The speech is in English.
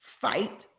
fight